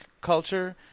culture